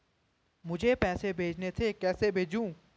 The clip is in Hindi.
मुझे पैसे भेजने थे कैसे भेजूँ?